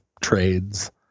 trades